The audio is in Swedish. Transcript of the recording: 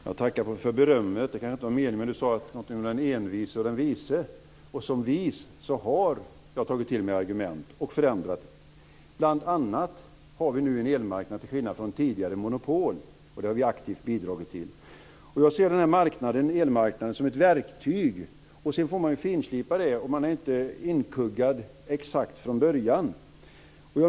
Fru talman! Jag tackar för berömmet. Det kan i och för sig inte ha varit meningen. Göran Hägglund sade någonting om den envise och den vise. Som vis har jag tagit till mig argument och förändrat mig. Bl.a. har vi nu en elmarknad till skillnad från tidigare monopol. Det har vi aktivt bidragit till. Jag ser elmarknaden som ett verktyg. Sedan får man finslipa det. Det är inte inkuggat exakt från början.